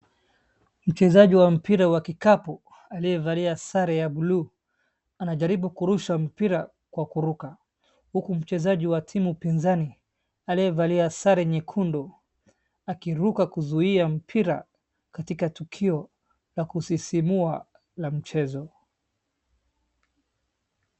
Mchezaji wa mpira wa kikapu aliyevaliaa sare ya[cs bluu anajaribu kurusha mpira kwa kuruka huku mchezaji wa timu pinzani aliyevalia sare nyekundu akiruka kuzuia mpira katika tukio la kusisimua la mchezo.